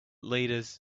leaders